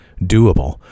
doable